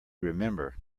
remember